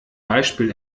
beispiel